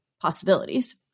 possibilities